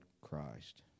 Christ